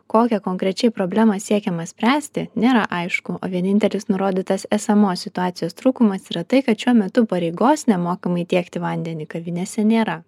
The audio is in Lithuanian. kokią konkrečiai problemą siekiama spręsti nėra aišku o vienintelis nurodytas esamos situacijos trūkumas yra tai kad šiuo metu pareigos nemokamai tiekti vandenį kavinėse nėra